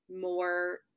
more